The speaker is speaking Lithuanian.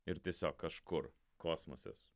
ir tiesiog kažkur kosmose esu